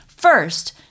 First